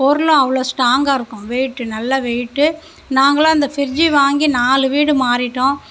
பொருளும் அவ்வளோ ஸ்ட்டாங்காக இருக்கும் வெயிட்டு நல்ல வெயிட்டு நாங்களும் அந்த ஃப்ரிட்ஜ்ஜு வாங்கி நாலு வீடு மாறிவிட்டோம்